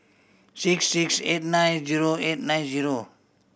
six six eight nine zero eight nine zero